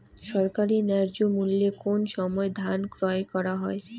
সরকারি ন্যায্য মূল্যে কোন সময় ধান ক্রয় করা হয়?